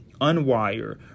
unwire